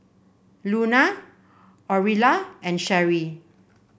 Luna Orilla and Sherrie